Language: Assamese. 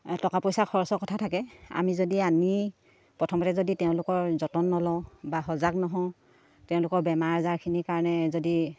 টকা পইচা খৰচৰ কথা থাকে আমি যদি আনি প্ৰথমতে যদি তেওঁলোকৰ যতন নলওঁ বা সজাগ নহওঁ তেওঁলোকৰ বেমাৰ আজাৰখিনিৰ কাৰণে যদি